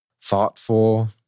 thoughtful